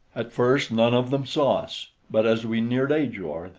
at first none of them saw us but as we neared ajor,